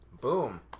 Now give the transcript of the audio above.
boom